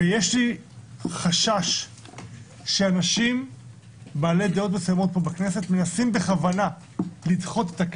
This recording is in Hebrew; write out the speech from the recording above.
יש לי חשש שאנשים בעלי דעות מסוימות בכנסת מנסים לדחות בכוונה את הקץ,